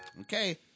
okay